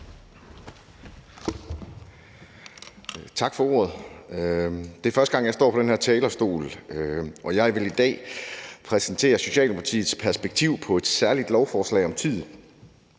Tak for ordet. Det er første gang, jeg står den her talerstol, og jeg vil i dag præsentere Socialdemokratiets perspektiv på et særligt lovforslag om tid.